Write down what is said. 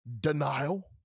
Denial